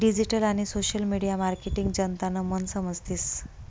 digital आणि social media marketing जनतानं मन समजतीस